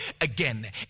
again